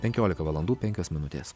penkiolika valandų penkios minutės